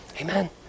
Amen